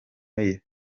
bikomeye